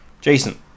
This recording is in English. Jason